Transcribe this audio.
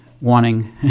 wanting